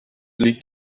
liegt